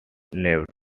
newt